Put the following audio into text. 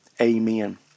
Amen